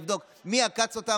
לבדוק מי עקץ אותם,